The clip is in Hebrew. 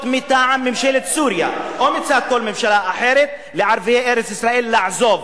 מטעם ממשלת סוריה או מצד כל ממשלה אחרת לערביי ארץ-ישראל לעזוב.